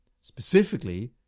Specifically